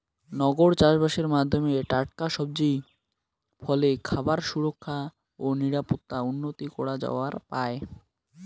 নগর চাষবাসের মাধ্যমে টাটকা সবজি, ফলে খাবার সুরক্ষা ও নিরাপত্তা উন্নতি করা যাবার পায়